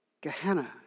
Gehenna